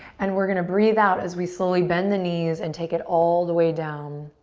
and we're gonna breathe out as we slowly bend the knees and take it all the way down,